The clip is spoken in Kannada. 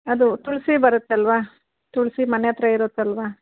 ಅದು ತುಳಸಿ ಬರುತ್ತಲ್ಲವಾ ತುಳಸಿ ಮನೆ ಹತ್ರ ಇರುತ್ತಲ್ಲವಾ